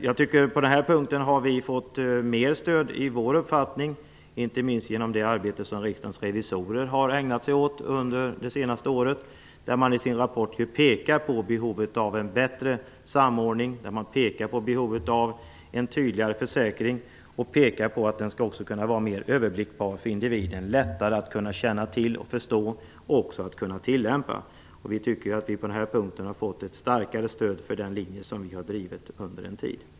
Jag tycker att vi på denna punkt har fått ytterligare stöd för vår uppfattning, inte minst genom det arbete som Riksdagens revisorer har ägnat sig åt under det senaste året. I sin rapport pekar de på behovet av en bättre samordning och en tryggare försäkring, som också skall vara mer överblickbar för individen - lättare att känna till, förstå och tillämpa. Vi tycker att vi på denna punkt har fått ett starkt stöd för den linje som vi har drivit under en tid.